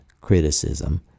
criticism